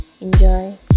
Enjoy